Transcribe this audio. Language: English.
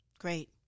great